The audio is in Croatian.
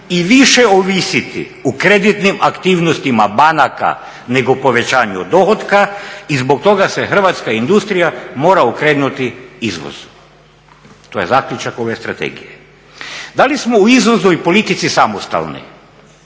i više ovisiti o kreditnim aktivnostima banaka nego povećanju dohotka i zbog toga se hrvatska industrija mora okrenuti izvozu, to je zaključak ove strategije. Da li smo u izvoznoj politici samostalni?